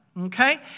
okay